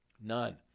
None